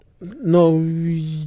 No